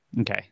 okay